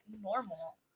normal